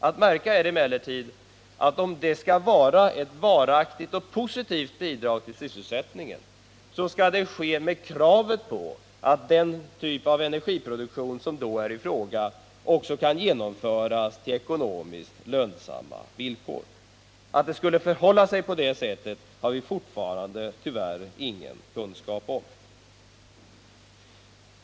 Att märka är emellertid att om det skall vara ett varaktigt och positivt bidrag till sysselsättningen, så skall det ske med kravet på att den typ av energiproduktion som då är i fråga också kan genomföras på ekonomiskt lönsamma villkor. Att det skulle förhålla sig på det sättet har vi fortfarande tyvärr ingen visshet om.